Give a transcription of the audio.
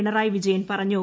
പിണറായി വിജയൻ പറഞ്ഞു